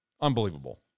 Unbelievable